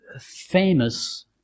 famous